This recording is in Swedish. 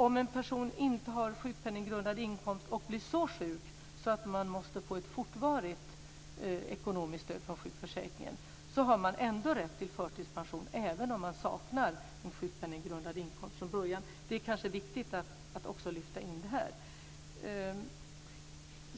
Om en person inte har sjukpenninggrundande inkomst och blir så sjuk att personen måste få ett fortvarit stöd från sjukförsäkringen har den ändå rätt till förtidspension eller även om den saknar en sjukpenninggrundande inkomst från början. Det är kanske viktigt att också lyfta in